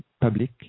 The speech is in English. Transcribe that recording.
public